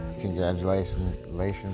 Congratulations